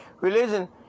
Religion